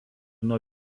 nuo